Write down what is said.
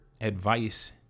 advice